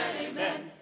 Amen